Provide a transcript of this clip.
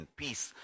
peace